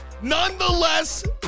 Nonetheless